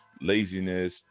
laziness